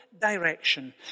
direction